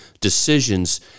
decisions